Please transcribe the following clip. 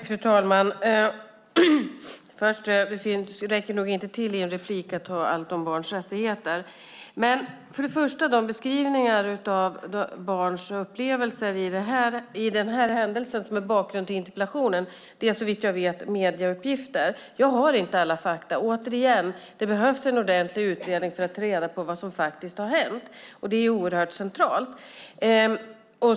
Fru talman! Tiden räcker nog inte till i ett inlägg för allt om barns rättigheter. Först och främst: Beskrivningen av barns upplevelser i den händelse som är bakgrund till interpellationen är såvitt jag vet medieuppgifter. Jag har inte alla fakta. Det behövs en ordentlig utredning för att ta reda på vad som faktiskt har hänt; det är oerhört centralt.